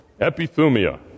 Epithumia